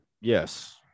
Yes